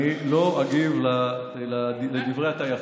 אני לא אגיב לדברי הטייחות.